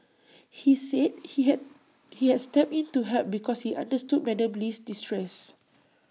he said he had he had stepped in to help because he understood Madam Lee's distress